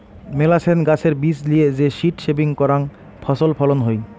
মেলাছেন গাছের বীজ লিয়ে যে সীড সেভিং করাং ফছল ফলন হই